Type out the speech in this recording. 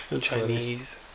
Chinese